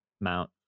Mount